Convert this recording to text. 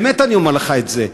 באמת אני אומר לך את זה,